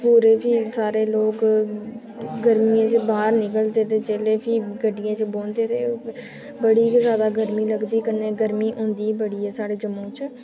रोज़ रोज़ प्ही सारे लोक गर्मियें च बाह्र निकलदे ते जेल्लै फ्ही गड्डियै च बौंहदे ते बड़ी गै जादै गर्मी लगदी कन्नै गर्मी होंदी गै बड़ी ऐ साढ़े जम्मू च